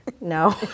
no